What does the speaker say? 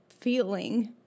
feeling